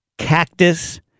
Cactus